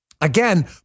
again